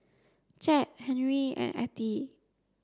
Jett Henri and Ettie